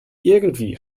irgendwie